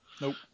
Nope